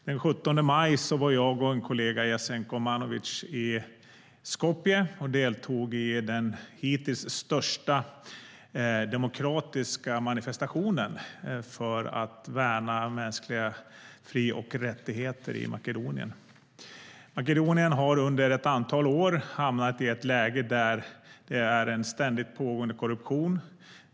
Den 17 maj var jag och en kollega, Jasenko Omanovic, i Skopje och deltog i den hittills största demokratiska manifestationen för att värna mänskliga fri och rättigheter i Makedonien. Makedonien har under ett antal år hamnat i ett läge där det är en ständigt pågående korruption.